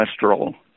cholesterol